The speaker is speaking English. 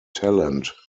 talent